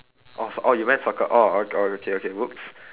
orh s~ orh you meant soccer orh o~ okay okay !oops!